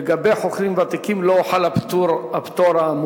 לגבי חוכרים ותיקים, לא חל הפטור האמור.